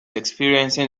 experiencing